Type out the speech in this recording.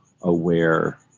aware